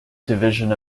division